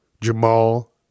Jamal